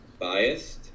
biased